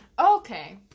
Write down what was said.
Okay